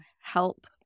help